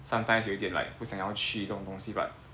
sometimes 有一点 like 不想要去这种东西 but